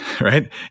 right